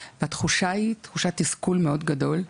והתחושה היא תחושה של תסכול גדול מאוד.